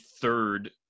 third